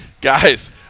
guys